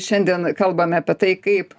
šiandien kalbame apie tai kaip